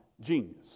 genius